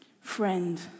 friend